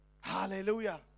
Hallelujah